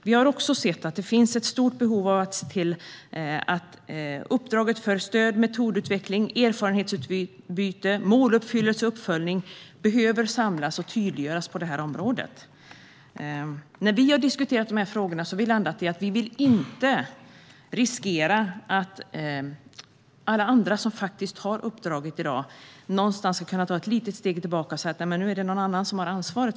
Vi har också sett att det finns ett stort behov av att se till att uppdragen för stöd, metodutveckling, erfarenhetsutbyte, måluppfyllelse och uppföljning samlas och tydliggörs på det här området. Men när vi har diskuterat de här frågorna har vi landat i att vi inte vill riskera att alla andra som har ett uppdrag i dag ska kunna ta ett litet steg tillbaka och säga att det nu är någon annan som har ansvaret.